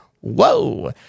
Whoa